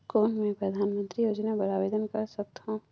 कौन मैं परधानमंतरी योजना बर आवेदन कर सकथव?